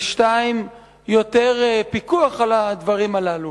השנייה, יותר פיקוח על הדברים הללו.